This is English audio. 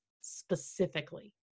specifically